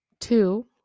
Two